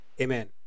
Amen